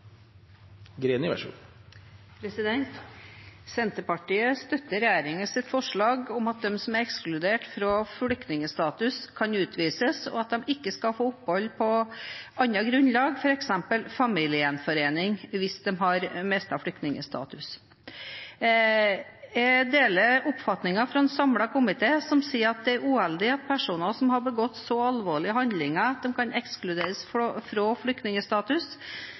ekskludert fra flyktningstatus, kan utvises, og at de ikke skal få opphold på annet grunnlag, f.eks. familiegjenforening, hvis de har mistet flyktningstatus. Jeg deler oppfatningen til en samlet komité, som sier at det er uheldig at personer som har begått så alvorlige handlinger at de kan ekskluderes fra flyktningstatus,